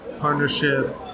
partnership